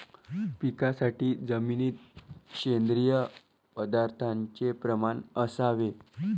पिकासाठी जमिनीत सेंद्रिय पदार्थाचे प्रमाण असावे